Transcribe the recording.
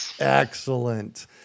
Excellent